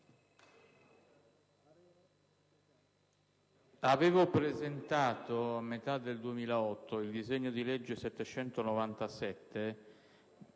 avevo presentato a metà del 2008 il disegno di legge n.